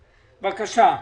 בבקשה.